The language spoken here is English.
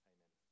Amen